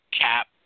Cap